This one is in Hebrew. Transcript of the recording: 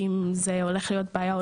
אם זה הולך להיות בעיה,